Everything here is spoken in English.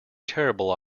terrible